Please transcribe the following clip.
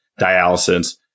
dialysis